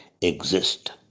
exist